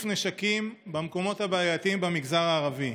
נשקים במקומות הבעייתיים במגזר הערבי.